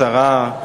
שלום לך, כבוד השרה.